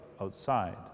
outside